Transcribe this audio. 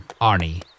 Arnie